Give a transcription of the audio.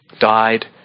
died